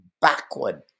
backward